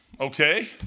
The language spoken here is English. Okay